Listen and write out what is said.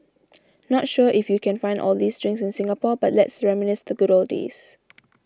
not sure if you can find all these drinks in Singapore but let's reminisce the good old days